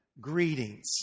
Greetings